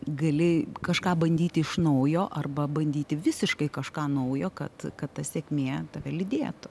gali kažką bandyti iš naujo arba bandyti visiškai kažką naujo kad kad ta sėkmė tave lydėtų